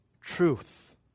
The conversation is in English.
truth